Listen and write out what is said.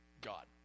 God